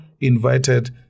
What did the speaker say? invited